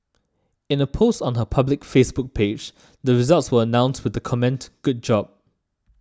in a post on her public Facebook page the results were announced with the comment Good job